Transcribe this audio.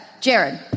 Jared